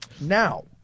Now